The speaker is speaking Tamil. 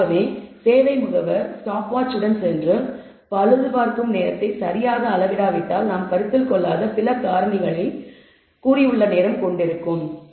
ஆகவே சேவை முகவர் ஸ்டாப் வாட்ச் உடன் சென்று பழுதுபார்க்கும் நேரத்தை சரியாக அளவிடாவிட்டால் நாம் கருத்தில் கொள்ளாத பிற காரணிகளைக் கூறியுள்ள நேரம் கொண்டுள்ளது